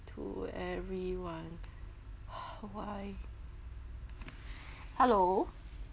to everyone how I hello